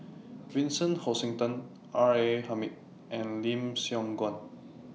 Vincent Hoisington R A Hamid and Lim Siong Guan